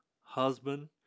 husband